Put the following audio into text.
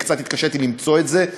וקצת התקשיתי למצוא את זה,